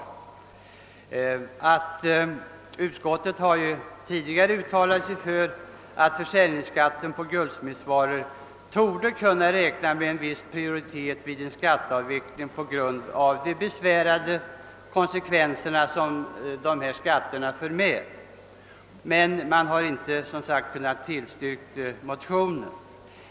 I sitt betänkande nr 11 säger bevillningsutskottet att det tidigare uttalat sig för att försäljningsskatten »borde kunna räkna med en viss prioritet vid en skatteavveckling på grund av att de besvärande konsekvenserna av dessa skatter är särskilt påtagliga». Utskottet har dock inte kunnat tillstyrka motionen.